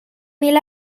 mil